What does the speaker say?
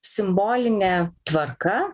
simboline tvarka